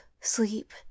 sleep